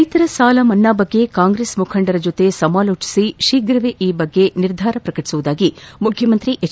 ರೈತರ ಸಾಲ ಮನ್ನಾ ಬಗ್ಗೆ ಕಾಂಗ್ರೆಸ್ ಮುಖಂಡರ ಜೊತೆ ಸಮಾಲೋಚಿಸಿ ಶೀಘವೇ ಈ ಬಗ್ಗೆ ನಿರ್ಧಾರ ಪ್ರಕಟಿಸುವುದಾಗಿ ಮುಖ್ಯಮಂತ್ರಿ ಎಚ್